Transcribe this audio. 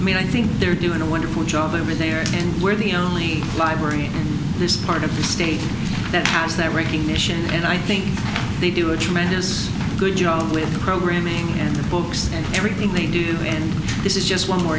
i mean i think they're doing a wonderful job i'm in there and we're the only library in this part of the state that has that recognition and i think they do a tremendous good job with the programming and the books and everything they do and this is just one more